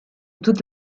toute